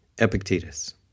Epictetus